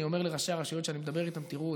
אני אומר לראשי הרשויות שאני מדבר איתם: תראו,